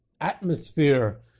atmosphere